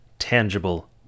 tangible